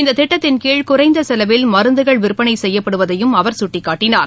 இந்த திட்டத்தின் கீழ் குறைந்த செலவில் மருந்துகள் விற்பனை செய்யயப்படுவதையும் அவர் சுட்டிக்காட்டினார்